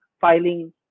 filing